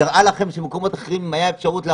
נראה לכם שבמקומות אחרים אם הייתה אפשרות להרחיב,